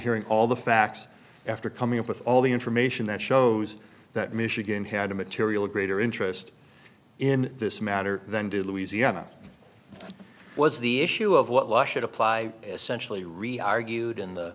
hearing all the facts after coming up with all the information that shows that michigan had a material a greater interest in this matter than did louisiana was the issue of what law should apply essentially re argued in the